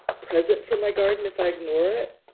present for my garden, if i ignore it,